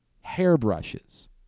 hairbrushes